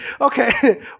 Okay